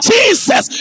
Jesus